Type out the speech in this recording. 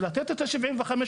לתת את ה-75%